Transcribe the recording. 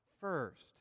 first